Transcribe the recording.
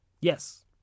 Yes